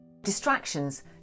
Distractions